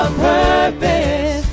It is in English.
purpose